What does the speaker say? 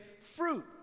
fruit